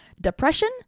depression